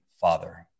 Father